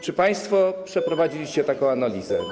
Czy państwo przeprowadziliście taką analizę?